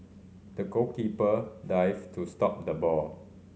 the goalkeeper dived to stop the ball